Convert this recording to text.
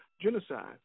genocide